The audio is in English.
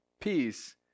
peace